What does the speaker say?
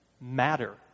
matter